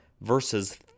versus